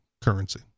currency